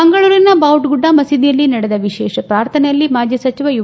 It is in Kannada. ಮಂಗಳೂರಿನ ಬಾವುಟಗುಡ್ಡ ಮಸೀದಿಯಲ್ಲಿ ನಡೆದ ವಿಶೇಷ ಪ್ರಾರ್ಥನೆಯಲ್ಲಿ ಮಾಜ ಸಚಿವ ಯು